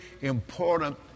important